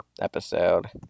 episode